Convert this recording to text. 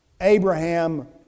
Abraham